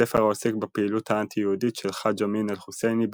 ספר העוסק בפעילות האנטי-יהודית של חאג' אמין אל-חוסייני בפלשתינה,